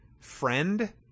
friend